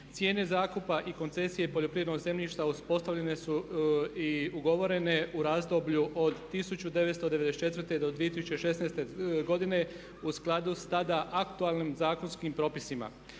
Cijene zakupa i koncesije poljoprivrednog zemljišta uspostavljene su i ugovorene u razdoblju od 1994. do 2016. godine u skladu s tada aktualnim zakonskim propisima.